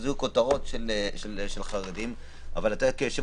היו כותרות של חרדים אבל אתה כיושב